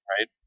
right